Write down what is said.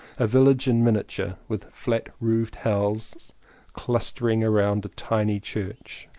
a village in miniature, with flat-roofed houses clustering round a tiny church.